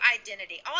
identity